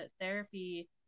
therapy